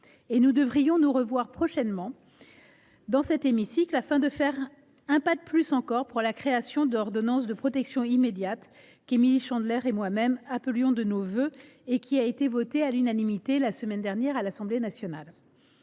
Nous devrions nous revoir prochainement, dans cet hémicycle, afin d’en faire un de plus, avec la création de l’ordonnance de protection immédiate qu’Émilie Chandler et moi même appelions de nos vœux et qui a été votée à l’unanimité la semaine dernière à l’Assemblée nationale.